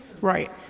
Right